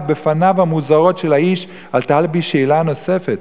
בפניו המוזרות של האיש עלתה בי שאלה נוספת,